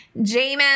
Jameis